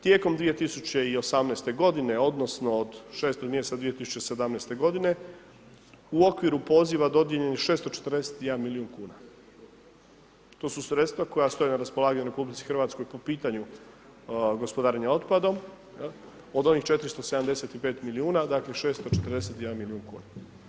Tijekom 2018. godine, odnosno od 6 mjeseca 2017. godine u okviru poziva dodijeljeno je 641 milijun kuna. to su sredstva koja stoje na raspolaganju RH po pitanju gospodarenja otpadom, od onih 475 milijuna, dakle 641 milijun kuna.